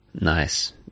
Nice